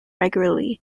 regularly